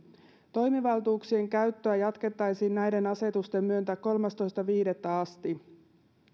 toimivaltuuksien käyttöä jatkettaisiin näiden asetusten myötä kolmastoista viidettä asti